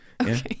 okay